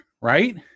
right